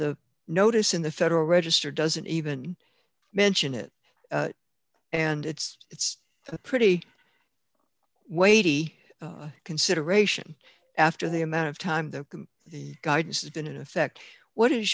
the notice in the federal register doesn't even mention it and it's it's a pretty weighty consideration after the amount of time that the guidance has been in effect what is